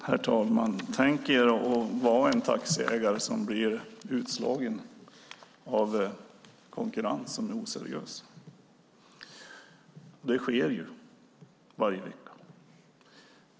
Herr talman! Tänk er att vara en taxiägare som blir utslagen i en konkurrens som är oseriös. Det sker varje vecka.